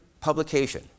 publication